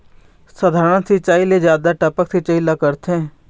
साधारण सिचायी ले जादा टपक सिचायी ला करथे